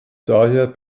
daher